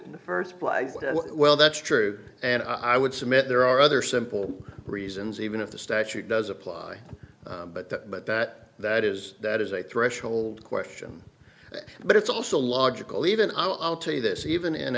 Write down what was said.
in the first place well that's true and i would submit there are other simple reasons even if the statute does apply but that but that that is that is a threshold question but it's also logical even i'll tell you this even in